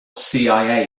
cia